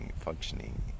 functioning